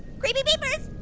creepy peepers